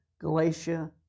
Galatia